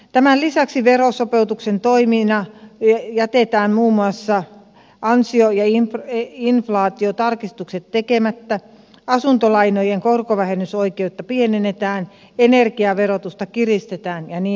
tämän lisäksi verosopeutuksen toimina jätetään muun muassa ansio ja inflaatiotarkistukset tekemättä asuntolainojen korkovähennysoikeutta pienennetään energiaverotusta kiristetään ja niin edelleen